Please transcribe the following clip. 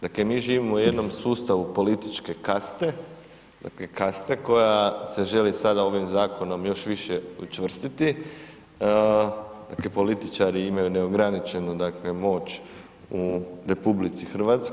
Dakle, mi živimo u jednom sustavu političke kaste, dakle, kaste koja se želi sada ovim zakonom još više učvrstiti, dakle, političari imaju neograničenu, dakle, moć u RH.